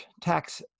tax